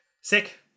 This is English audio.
Sick